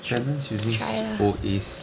balance uses O_A